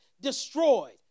destroyed